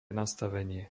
nastavenie